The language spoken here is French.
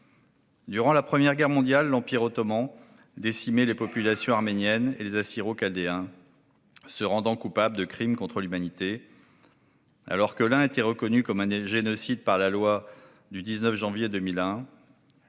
Durant la Première Guerre mondiale, l'Empire ottoman décimait les populations arméniennes et les Assyro-Chaldéens, se rendant coupable de crimes contre l'humanité. Alors que l'un a été reconnu comme un génocide par la loi du 19 janvier 2001,